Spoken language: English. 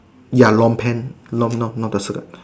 ya long pant not not not the to the